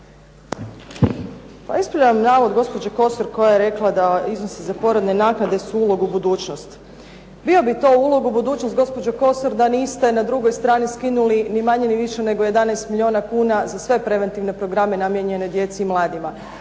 Pa ispravljam navod gospođe KOsor koja je rekla da iznosi za rodiljne naknade su ulogu u budućnost. Bio bi to ulog u budućnost gospođo Kosor da niste na drugoj strani skinuli ni manje ni više 11 milijuna kuna za sve preventivne programe namijenjene djeci i mladima.